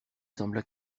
sembla